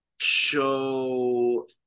show